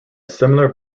similar